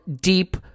deep